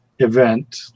event